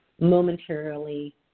momentarily